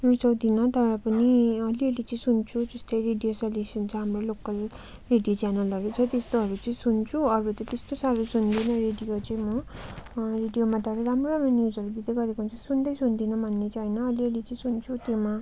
रुचाउँदिनँ तर पनि अलि अलि चाहिँ सुन्छु जस्तै रेडियो सलेसियन छ हाम्रो लोकल रेडियो च्यानलहरू छ त्यस्तोहरू चाहिँ सुन्छु अरू त त्यस्तो साह्रो सुन्दिनँ रेडियो चाहिँ म रेडियोमा तर राम्रो राम्रो न्युजहरू दिँदै गरेको हुन्छ सुन्दै सन्दिनँ भन्ने चाहिँ होइन अलि अलि चाहिँ सुन्छु त्यसमा